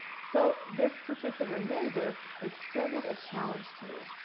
so, this particular neighbor extended a challenge to me.